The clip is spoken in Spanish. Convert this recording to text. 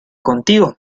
contigo